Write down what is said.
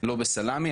לא בסלמי,